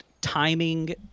timing